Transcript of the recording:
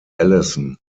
allison